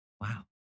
wow